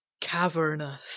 cavernous